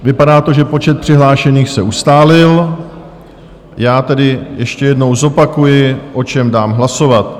Vypadá to, že počet přihlášených se ustálil, já tedy ještě jedno zopakuji, o čem dám hlasovat.